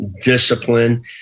discipline